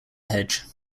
hedge